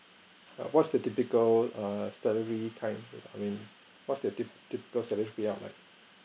err what's the typical err salary crime I mean what's the typ~ typical salary payout like